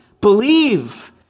believe